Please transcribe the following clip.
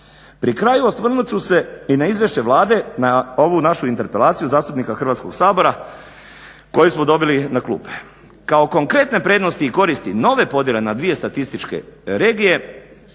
Pri kraju osvrnut ću se i na izvješće Vlade na ovu našu interpelaciju zastupnika Hrvatskog sabora koju smo dobili na klupe. Kao konkretne prednosti i koristi nove podjele na dvije statističke regije